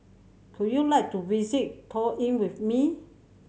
could you like to visit Tallinn with me